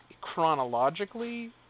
chronologically